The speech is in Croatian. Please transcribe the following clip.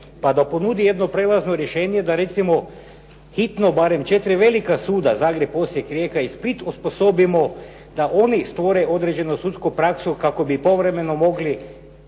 pa da ponudi jedno prijelazno rješenje da recimo hitno, barem četiri velika suda Zagreb, Osijek, Rijeka i Split osposobimo da oni stvore određenu sudsku praksu kako bi povremeno mogli